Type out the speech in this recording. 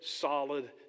solid